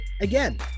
again